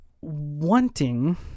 wanting